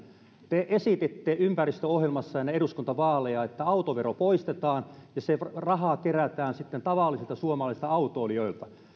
te esititte ympäristöohjelmassa ennen eduskuntavaaleja että autovero poistetaan ja se raha kerätään sitten tavallisilta suomalaista autoilijoilta